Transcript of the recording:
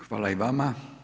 Hvala i vama.